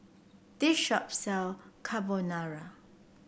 this shop sell Carbonara